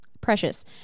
Precious